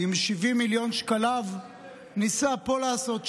עם 70 מיליון שקלים ניסתה פה לעשות,